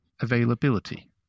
availability